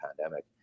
pandemic